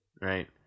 right